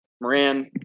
Moran